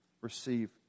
receive